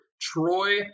Troy